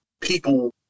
people